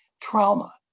trauma